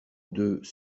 deux